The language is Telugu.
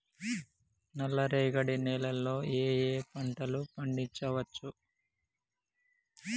నల్లరేగడి నేల లో ఏ ఏ పంట లు పండించచ్చు?